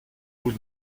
vous